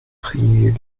prier